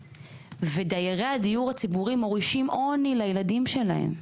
ודיירי הדיור הציבורי מורישים עוני לילדים שלהם.